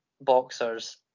boxers